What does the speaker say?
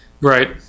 Right